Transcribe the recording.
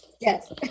Yes